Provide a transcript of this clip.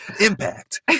Impact